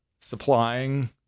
supplying